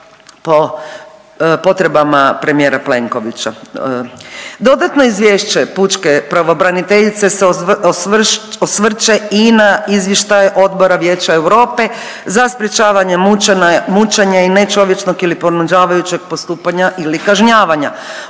po potrebama premijera Plenkovića. Dodatno izvješće pučke pravobraniteljice se osvrće i na izvještaj Odbora Vijeća Europe za sprječavanje mučenja i nečovječnog ili ponižavajućeg postupanja ili kažnjavanja